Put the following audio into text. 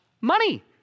money